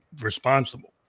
responsible